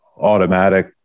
automatic